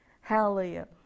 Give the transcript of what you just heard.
Hallelujah